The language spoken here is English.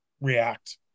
react